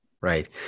right